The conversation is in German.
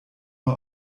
nur